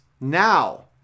Now